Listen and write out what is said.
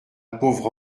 pauvre